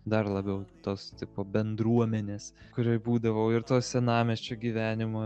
dar labiau tos tipo bendruomenės kurioj būdavau ir to senamiesčio gyvenimą